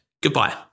Goodbye